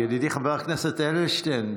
ידידי חבר הכנסת אדלשטיין,